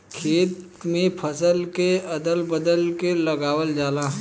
खेत में फसल के अदल बदल के लगावल जाला